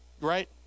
right